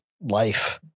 life